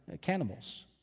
cannibals